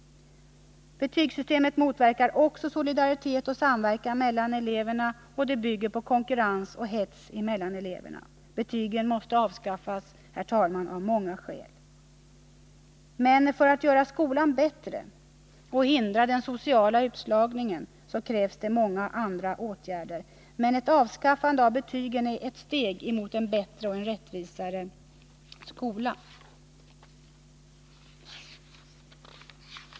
Betygssystemet motverkar också solidaritet och samverkan mellan eleverna. Det bygger i stället på konkurrens och hets mellan eleverna. Betygen måste, herr talman, avskaffas av många skäl. För att göra skolan bättre och hindra den sociala utslagningen krävs många andra åtgärder, men ett avskaffande av betygen är ett steg mot en bättre och rättvisare skola.